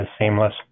seamless